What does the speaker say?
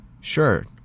Sure